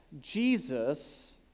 Jesus